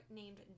named